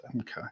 Okay